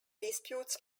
disputes